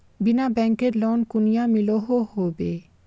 बिना बैंकेर लोन कुनियाँ मिलोहो होबे?